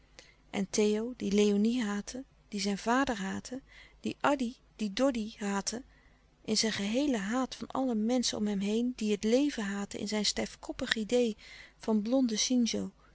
en theo die léonie haatte die zijn vader haatte die addy die doddy haatte in zijn geheele haat van alle menschen om hem die het leven haatte in zijn stijfkoppig idee van blonden